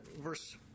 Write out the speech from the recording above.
verse